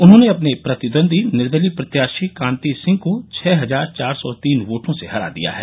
उन्होंने अपने प्रतिद्वन्दी निर्दलीय प्रत्याशी कान्ति सिंह को छः हजार चार सौ तीन वोटों से हरा दिया है